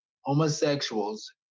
homosexuals